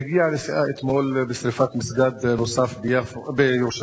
שהגיעה לשיאה אתמול בשרפת מסגד נוסף בירושלים.